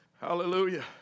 Hallelujah